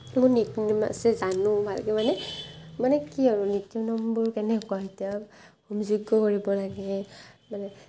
বহুত নীতি নিয়ম আছে জানো আৰু মানে মানে কি আৰু নীতি নিয়মবোৰ কেনেকুৱা এতিয়া হোম যজ্ঞ কৰিব লাগে মানে